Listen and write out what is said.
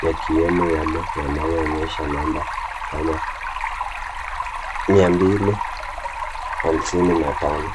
yakiwemo yale yanayoonyesha namba kama mia mbili hamsini na tano.